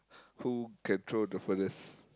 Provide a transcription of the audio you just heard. who can throw the furthest